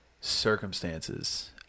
circumstances